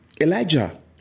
Elijah